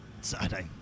Saturday